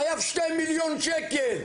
חייב 2 מיליון שקל,